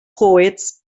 poets